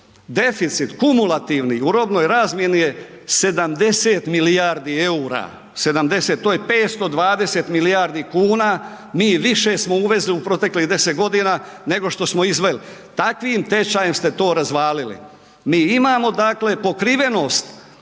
deficit kumulativni u robnoj razmjeni je 70 milijardi EUR-a, 70, to je 520 milijardi kuna mi više smo uvezli u proteklih 10.g. nego što smo izveli, takvim tečajem ste to razvalili, mi imamo dakle pokrivenost,